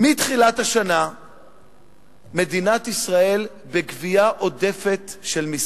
מתחילת השנה מדינת ישראל בגבייה עודפת של מסים.